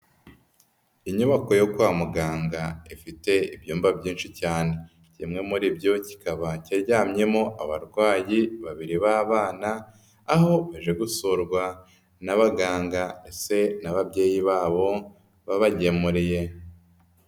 Inyubako yo kwa muganga ifite ibyumba byinshi cyane kimwe muri byo kikaba kiryamyemo abarwayi babiri b'abana, aho baje gusurwa n'abaganga ndetse n'ababyeyi babo babagemuriye.